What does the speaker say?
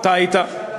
גם ראש הממשלה תמך.